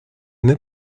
n’est